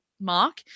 mark